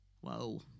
Whoa